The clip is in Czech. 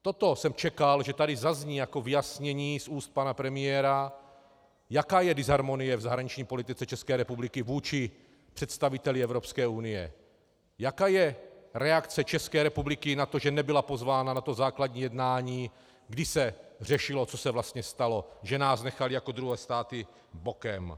Toto jsem čekal, že tady zazní jako vyjasnění z úst pana premiéra, jaká je disharmonie v zahraniční politice České republiky vůči představiteli Evropské unie, jaká je reakce České republiky na to, že nebyla pozvána na to základní jednání, když se řešilo, co se vlastně stalo, že nás nechali jako druhé státy bokem.